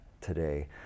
today